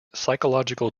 psychological